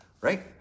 right